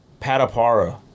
Patapara